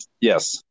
Yes